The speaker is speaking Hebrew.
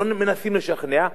לא מנסים לשכנע,